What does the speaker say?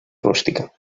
rústica